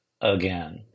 Again